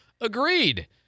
Agreed